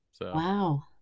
Wow